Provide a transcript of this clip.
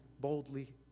boldly